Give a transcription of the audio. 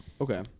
Okay